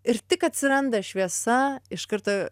ir tik atsiranda šviesa iš karto